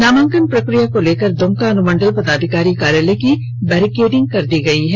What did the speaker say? नामांकन प्रक्रिया को लेकर दुमका अनुमंडल पदाधिकारी कार्यालय की बेरिकेटिंग कर दी गई है